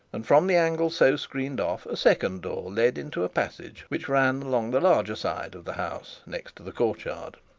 and from the angle so screened off a second door led into a passage, which ran along the larger side of the house next to the courtyard.